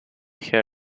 her